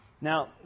Now